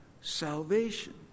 salvation